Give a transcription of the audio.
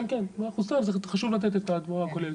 כן, כן 100%. בסדר, זה חשוב לתת את התמונה הכוללת.